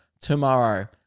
tomorrow